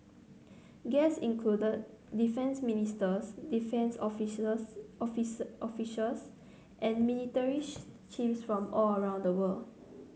guests included defence ministers defence officials and military chiefs from all around the world